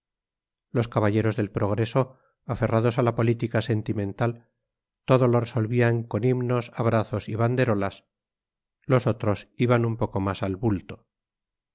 los caballeros del progreso aferrados a la política sentimental todo lo resolvían con himnos abrazos y banderolas los otros iban un poco más al bulto